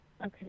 Okay